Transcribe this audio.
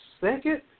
second